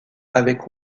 avec